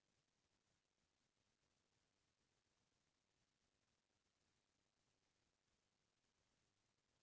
बांधा अइसन जघा म बनाए जाथे जेन लंग उरारू जघा होवय